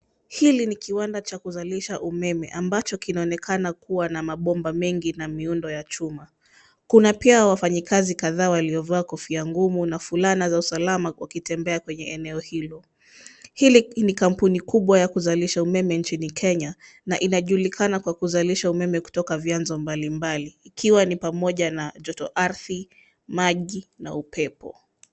Hili ni kiwanda cha kuzalisha umeme ambacho kinaonekana kuwa na mabomba mengi na miundo ya chuma. Kuna pia wafanyikazi kadhaa walio vaa fulana zao za usalama na kofia ngumu wanatembea kwenye eneo hilo. Hii ni kampuni kubwa ya kuzalisha umeme nchini Kenya na inajulikana kwa kuzalisha umeme kutoka vyanzo mbalimbali, ikiwa ni pamoja na jotoardhi, maji, na upepo.